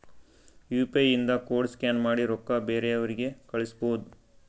you P I ಇಂದ code scan ಮಾಡಿ ರೊಕ್ಕಾ ಬೇರೆಯವ್ರಿಗಿ ಕಳುಸ್ಬೋದ್